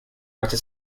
arte